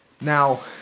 Now